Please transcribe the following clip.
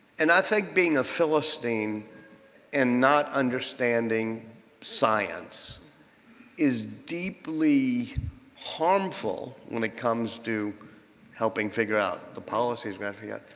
and i think being a philistine and not understanding science is deeply harmful when it comes to helping figure out the policies we have to figure out.